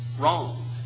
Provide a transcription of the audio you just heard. wrong